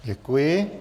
Děkuji.